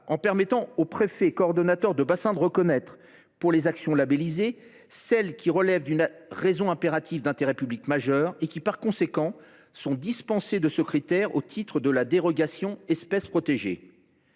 à permettre au préfet coordonnateur de bassin de reconnaître, pour les actions labellisées, celles qui relèvent d’une raison impérative d’intérêt public majeur (RIIPM), et qui sont dispensées à ce titre de la demande de dérogation « espèces protégées